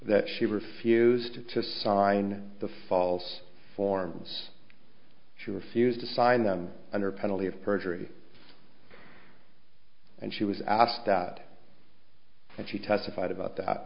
that she refused to sign the false forms she refused to sign them under penalty of perjury and she was asked that and she testified about that